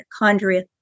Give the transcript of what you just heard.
mitochondria